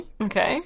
Okay